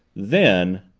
then